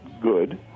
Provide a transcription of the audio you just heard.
good